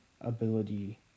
ability